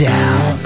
Down